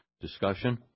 Discussion